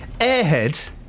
airhead